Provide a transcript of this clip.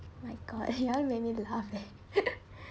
my god you want make me laugh eh